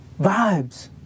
Vibes